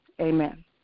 Amen